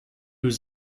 was